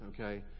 okay